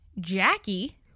Jackie